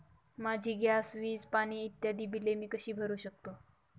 माझी गॅस, वीज, पाणी इत्यादि बिले मी कशी भरु शकतो?